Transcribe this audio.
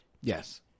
Yes